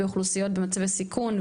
באוכלוסיות במצבי סיכון,